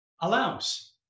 allows